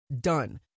Done